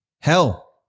Hell